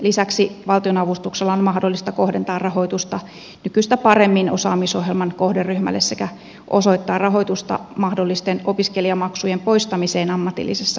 lisäksi valtionavustuksella on mahdollista kohdentaa rahoitusta nykyistä paremmin osaamisohjelman kohderyhmälle sekä osoittaa rahoitusta mahdollisten opiskelijamaksujen poistamiseen ammatillisessa lisäkoulutuksessa